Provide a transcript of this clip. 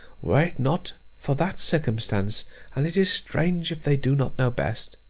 were it not for that circumstance and it is strange if they do not know best